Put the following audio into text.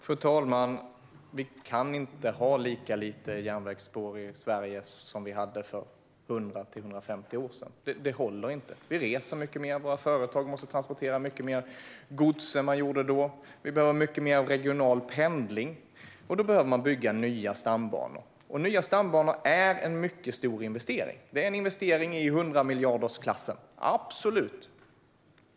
Fru talman! Vi kan inte ha lika lite järnvägsspår i Sverige som vi hade för 100-150 år sedan. Det håller inte. Vi reser mycket mer, våra företag måste transportera mycket mer gods än man gjorde då och vi behöver mycket mer regional pendling. Då behöver det byggas nya stambanor. Nya stambanor är en mycket stor investering. Det är en investering i hundramiljardersklassen, absolut!